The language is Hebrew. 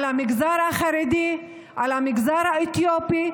על המגזר החרדי ועל המגזר האתיופי,